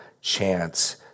chance